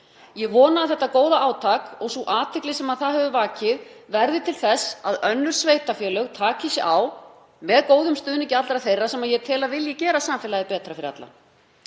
Ég vona að þetta góða átak og sú athygli sem það hefur vakið verði til þess að önnur sveitarfélög taki sig á með góðum stuðningi allra þeirra sem ég tel að vilji gera samfélagið betra fyrir alla.